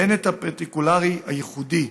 והן את הפרטיקולרי, הייחודי.